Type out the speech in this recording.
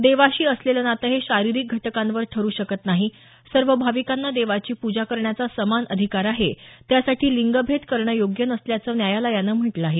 देवाशी असलेलं नातं हे शारिरीक घटकांवर ठरू शकत नाही सर्व भाविकांना देवाची पूजा करण्याचा समान अधिकार आहे त्यासाठी लिंगभेद करणं योग्य नसल्याचं न्यायालयानं म्हटलं आहे